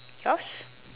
yours